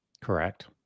Correct